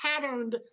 patterned